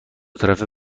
طرفه